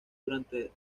fuente